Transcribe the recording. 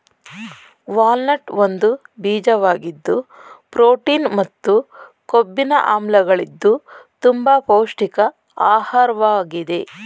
walnut ಒಂದು ಬೀಜವಾಗಿದ್ದು protein ಮತ್ತು ಕೊಬ್ಬಿನ ಆಮ್ಲಗಳಿದ್ದು ತುಂಬ ಪೌಷ್ಟಿಕ ಆಹಾರ್ವಾಗಿದೆ